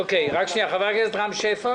לגבי ההערה הקודמת שלך,